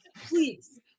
please